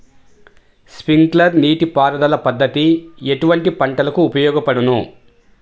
Sprinkler నీటిపారుదల పద్దతి ఎటువంటి పంటలకు ఉపయోగపడును?